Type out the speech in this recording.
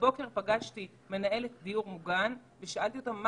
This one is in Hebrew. הבוקר פגשתי מנהלת דיור מוגן ושאלתי אותה מה